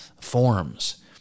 forms